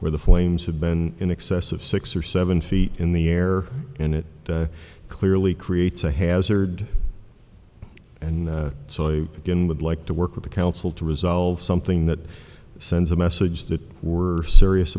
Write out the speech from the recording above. where the flames have been in excess of six or seven feet in the air and it clearly creates a hazard and so i again would like to work with the council to resolve something that sends a message that we're serious